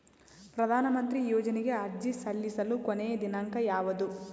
ಪ್ರಧಾನ ಮಂತ್ರಿ ಯೋಜನೆಗೆ ಅರ್ಜಿ ಸಲ್ಲಿಸಲು ಕೊನೆಯ ದಿನಾಂಕ ಯಾವದು?